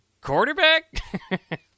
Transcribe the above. quarterback